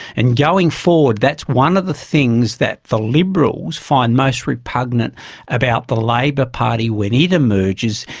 and going forward that's one of the things that the liberals find most repugnant about the labor party when it emerges,